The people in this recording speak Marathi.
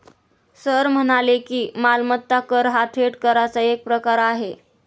सर म्हणाले की, मालमत्ता कर हा थेट कराचा एक प्रकार आहे